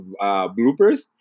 bloopers